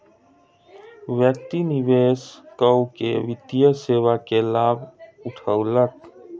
व्यक्ति निवेश कअ के वित्तीय सेवा के लाभ उठौलक